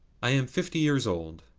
i am fifty years old,